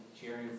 cheering